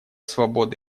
свободы